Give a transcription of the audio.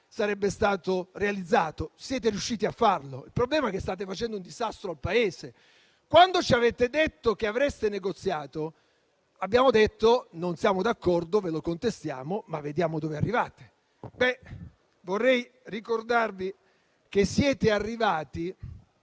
sarebbe stato realizzato. Siete riusciti a farlo: il problema è che state facendo un disastro per il Paese. Quando ci avete detto che avreste negoziato, abbiamo detto di non essere d'accordo, che lo contestavamo, ma di voler vedere dove sareste arrivati. Vorrei ricordarvi che siete arrivati